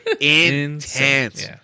intense